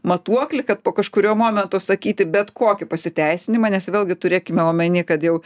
matuoklį kad po kažkurio momento sakyti bet kokį pasiteisinimą nes vėlgi turėkime omeny kad jau